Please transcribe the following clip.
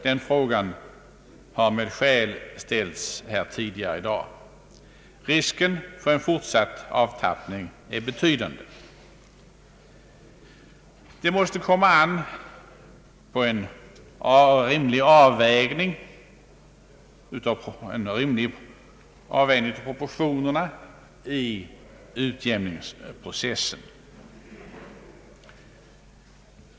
Den frågan har med skäl ställts tidigare i dag. Risken för en fortsatt avtappning är betydande. Det måste här komma an på en rimlig avvägning av proportionerna i utjämningsprocessen.